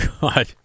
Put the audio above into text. God